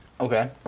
Okay